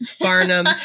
Barnum